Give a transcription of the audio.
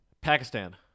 Pakistan